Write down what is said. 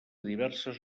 diverses